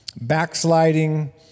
backsliding